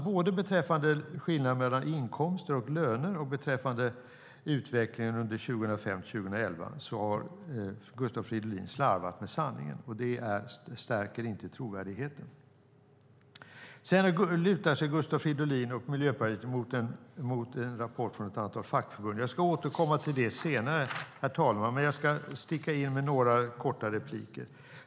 Både beträffande skillnaden mellan inkomster och löner och beträffande utvecklingen 2005-2011 har Gustav Fridolin slarvat med sanningen. Det stärker inte trovärdigheten. Sedan lutar sig Gustav Fridolin och Miljöpartiet mot en rapport från ett antal fackförbund. Jag ska återkomma till detta senare, men jag ska sticka in med några korta repliker.